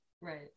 Right